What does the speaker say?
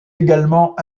également